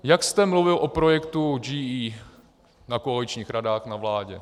Jak jste mluvil o projektu GE na koaličních radách, na vládě.